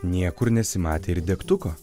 niekur nesimatė ir degtuko